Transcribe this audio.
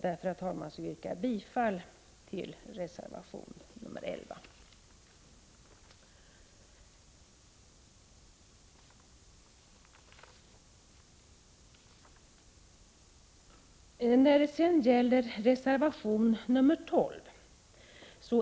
Därför, herr talman, yrkar jag bifall till reservation 11. I reservation nr 12 för